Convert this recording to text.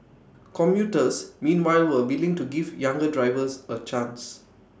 commuters meanwhile were willing to give younger drivers A chance